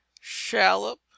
shallop